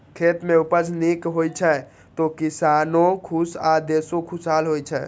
खेत मे उपज नीक होइ छै, तो किसानो खुश आ देशो खुशहाल होइ छै